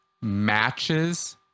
matches